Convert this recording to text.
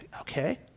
Okay